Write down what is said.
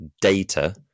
data